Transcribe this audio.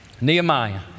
Nehemiah